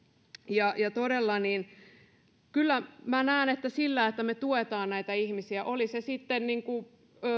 todella kyllä minä näen että se että me tuemme näitä ihmisiä oli se sitten